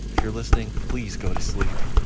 if you're listening, please go to sleep